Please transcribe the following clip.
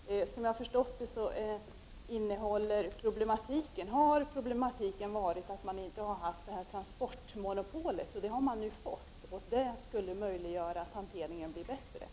Som jag har förstått det har problematiken varit att man inte har haft transportmonopolet. Det har man nu fått, och det skulle ju möjliggöra ännu bättre hantering.